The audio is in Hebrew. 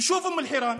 ביישוב אום אל-חיראן,